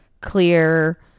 clear